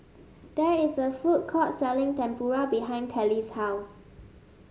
there is a food court selling Tempura behind Telly's house